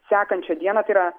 sekančią dieną tai yra